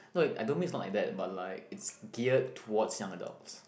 no I don't means is not adapt but like it's geared towards young adult